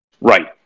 Right